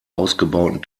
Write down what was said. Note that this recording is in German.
ausgebauten